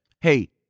Hey